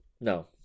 No